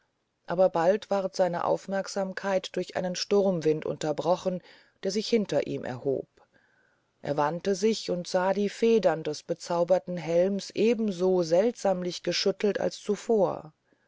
aber bald ward seine aufmerksamkeit durch einen sturmwind unterbrochen der sich hinter ihm erhob er wandte sich und sah die federn des bezauberten helms eben so seltsamlich geschüttelt als zuvor